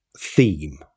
Theme